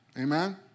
Amen